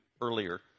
earlier